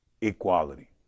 equality